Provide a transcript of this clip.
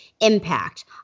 impact